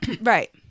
right